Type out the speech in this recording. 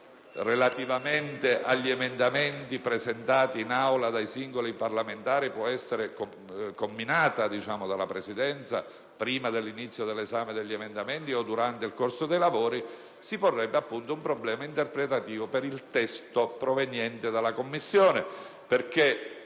relativamente agli emendamenti presentati in Aula dai singoli parlamentari può essere comminata dalla Presidenza prima dell'inizio dell'esame degli emendamenti o durante il corso dei lavori, si porrebbe un problema interpretativo del Regolamento per il testo proveniente dalla Commissione di